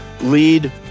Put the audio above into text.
lead